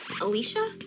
Alicia